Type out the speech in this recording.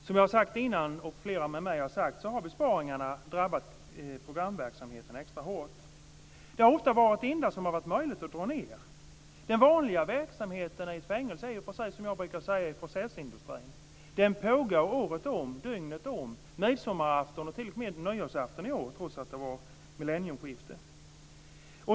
Som flera med mig har sagt har besparingarna drabbat programverksamheten extra hårt. Det har ofta varit det enda som det har varit möjligt att dra in på. Den vanliga verksamheten i ett fängelse är som i processindustrin. Den pågår året om, dygnet om, midsommarafton och t.o.m. nyårsafton, trots att det var millennieskifte.